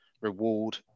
reward